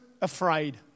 afraid